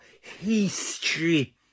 history